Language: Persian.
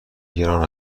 گران